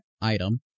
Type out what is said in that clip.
item